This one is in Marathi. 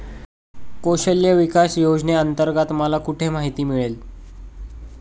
कौशल्य विकास योजनेअंतर्गत मला कुठे माहिती मिळेल?